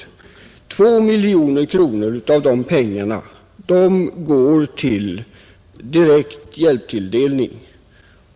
Av de pengarna går 2 miljoner kronor till direkt hjälptilldelning.